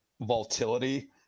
volatility